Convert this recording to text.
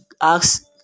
ask